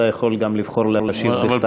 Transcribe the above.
אתה יכול גם לבחור להשיב בכתב.